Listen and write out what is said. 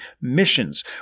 missions